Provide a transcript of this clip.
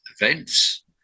events